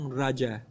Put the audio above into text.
raja